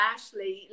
Ashley